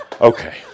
okay